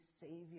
Savior